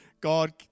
God